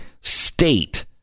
state